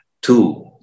two